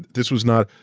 this was not,